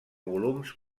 volums